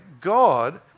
God